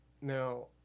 Now